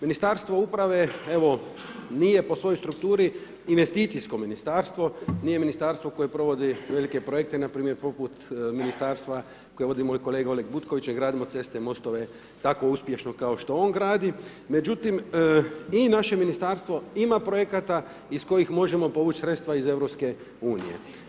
Ministarstvo uprave evo nije po svojoj strukturi investicijsko ministarstvo, nije ministarstvo koje provodi velike projekte npr. poput ministarstva koje vodi moj kolega Oleg Butković ne gradimo ceste, mostove tako uspješno kao što on gradi, međutim i naše ministarstvo ima projekata iz kojih možemo povući sredstava iz Europske unije.